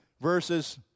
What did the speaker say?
verses